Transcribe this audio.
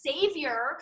savior